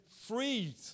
freed